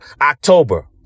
October